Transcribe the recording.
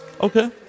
Okay